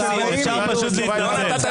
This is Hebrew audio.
יסמין פרידמן,